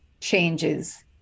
changes